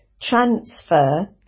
transfer